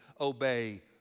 obey